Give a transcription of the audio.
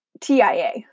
TIA